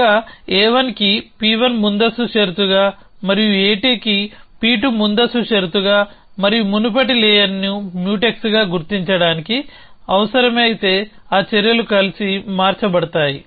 ఒక a1కి P1 ముందస్తు షరతుగా మరియు a2కి P2 ముందస్తు షరతుగా మరియు మునుపటి లేయర్ను మ్యూటెక్స్గా గుర్తించడాని కి అవసరమైతే ఆ చర్యలు కలిసి మార్చబడతాయి